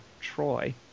Troy